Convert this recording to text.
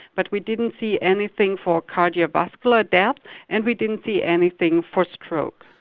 but we didn't see anything for cardiovascular death and we didn't see anything for stroke.